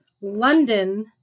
London